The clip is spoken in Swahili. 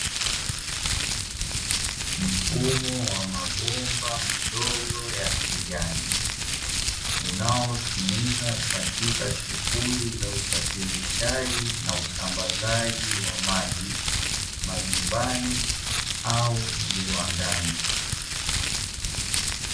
Mfumo wa mabomba madogo ya kijani, unaotumika katika shughuli za usafirishaji na kusambazaji wa maji, majumbani au viwandani.